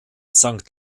sankt